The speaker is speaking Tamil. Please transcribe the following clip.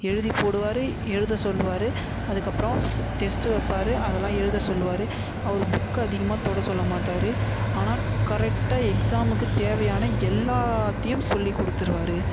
எழுதி போடுவார் எழுத சொல்வாரு அதுக்கப்புறம் ஸ் டெஸ்ட்டு வைப்பாரு அதெல்லாம் எழுத சொல்வாரு அவர் புக்கை அதிகமாக தொட சொல்ல மாட்டார் ஆனால் கரெக்டாக எக்ஸாமுக்கு தேவையான எல்லாத்தையும் சொல்லிக் கொடுத்துருவாரு